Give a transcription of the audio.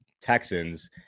Texans